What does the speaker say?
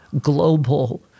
global